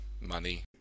money